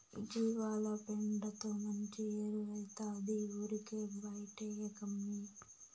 జీవాల పెండతో మంచి ఎరువౌతాది ఊరికే బైటేయకమ్మన్నీ